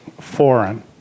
foreign